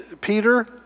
Peter